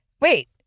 wait